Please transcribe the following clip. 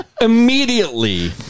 immediately